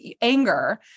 anger